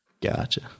Gotcha